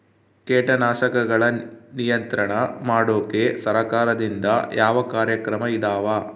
ಕೇಟನಾಶಕಗಳ ನಿಯಂತ್ರಣ ಮಾಡೋಕೆ ಸರಕಾರದಿಂದ ಯಾವ ಕಾರ್ಯಕ್ರಮ ಇದಾವ?